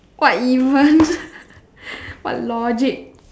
what even what logic